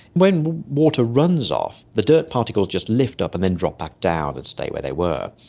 when water runs off, the dirt particles just lift up and then drop back down and stay where they were.